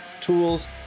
tools